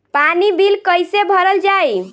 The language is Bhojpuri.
पानी बिल कइसे भरल जाई?